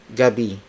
gabi